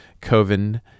Coven